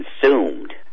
consumed